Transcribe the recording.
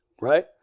Right